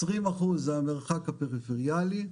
20% זה המרחק הפריפריאלי,